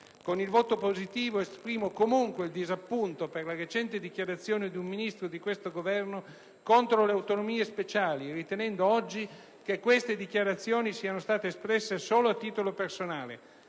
Con il voto positivo esprimo, comunque, il disappunto per la recente dichiarazione di un Ministro di questo Governo contro le autonomie speciali, ritenendo oggi che queste dichiarazioni siano state espresse solo a titolo personale.